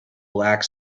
black